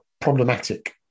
problematic